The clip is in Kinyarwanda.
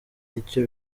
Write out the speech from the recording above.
icyo